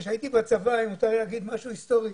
כשהייתי בצבא, אם מותר לי לומר משהו היסטורי,